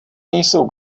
nejsou